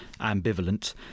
ambivalent